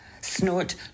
snort